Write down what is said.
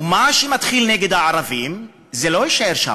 ומה שמתחיל נגד הערבים לא יישאר שם,